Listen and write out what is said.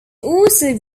also